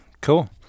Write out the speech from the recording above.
Cool